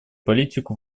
политику